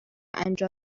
انجام